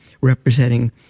representing